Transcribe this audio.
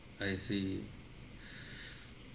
I see